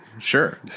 Sure